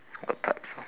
what types of